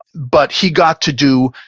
but he got to do,